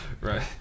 right